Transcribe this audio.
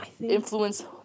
influence